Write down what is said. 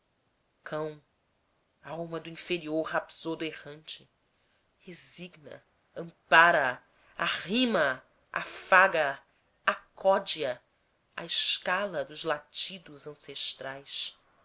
cão alma do inferior rapsodo errante resigna a ampara a arrima a afaga a acode a a escala dos latidos ancestrais